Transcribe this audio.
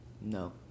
no